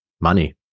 money